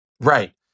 Right